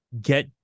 get